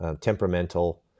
temperamental